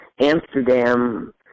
Amsterdam